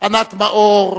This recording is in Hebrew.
ענת מאור,